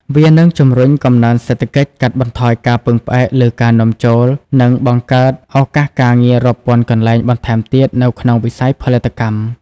វានឹងជំរុញកំណើនសេដ្ឋកិច្ច កាត់បន្ថយការពឹងផ្អែកលើការនាំចូល និងបង្កើតឱកាសការងាររាប់ពាន់កន្លែងបន្ថែមទៀតនៅក្នុងវិស័យផលិតកម្ម។